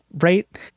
right